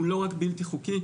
הוא לא רק בלתי חוקי,